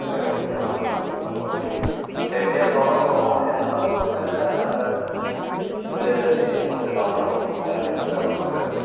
சில கெமிக்கல்லாம் உள்ளே போய்டும் நம்ம சேஃப்டியாக ஃபாலோவ் பண்ணுவோம் இருந்தாலும் சில அந்த இது சீசன் ஒத்துக்காமல் இருக்கும் நமக்கு அந்த இடத்துல வேலை பாக்கிறது